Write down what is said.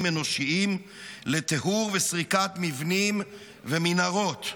אנושיים לטיהור וסריקת מבנים ומנהרות.